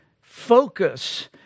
focus